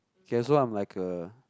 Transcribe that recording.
okay so I'm like a